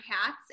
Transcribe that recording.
hats